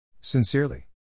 Sincerely